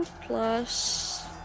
Plus